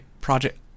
project